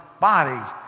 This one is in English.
body